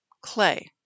clay